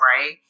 right